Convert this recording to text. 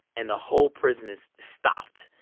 and the whole prison is stopped.